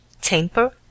temper